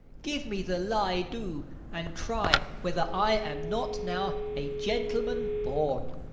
give me the lie, do and try whether i am not now a gentleman born.